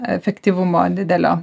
efektyvumo didelio